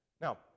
Now